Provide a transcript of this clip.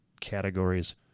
categories